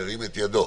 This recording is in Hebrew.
ירים את ידו.